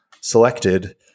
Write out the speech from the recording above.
selected